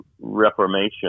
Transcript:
reformation